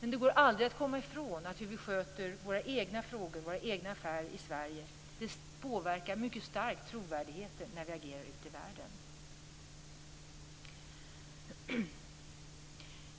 Men det går aldrig att komma ifrån att hur vi sköter våra egna frågor, våra egna affärer i Sverige, mycket starkt påverkar trovärdigheten när vi agerar ute i världen.